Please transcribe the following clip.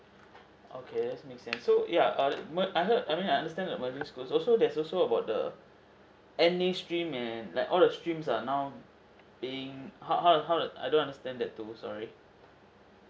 okay that make sense so yeah err mer~ I heard I mean I understand that merging school also there's also about the any stream like all the stream are now being how how the how the I don't understand that too sorry